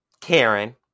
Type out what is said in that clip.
Karen